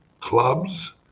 clubs